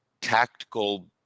tactical